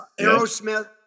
Aerosmith